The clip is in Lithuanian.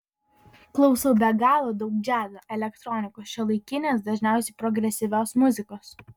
klausau be galo daug džiazo elektronikos šiuolaikinės dažniausiai progresyvios muzikos